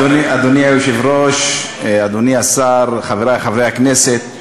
אדוני היושב-ראש, אדוני השר, חברי חברי הכנסת,